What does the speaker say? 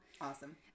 Awesome